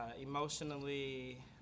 Emotionally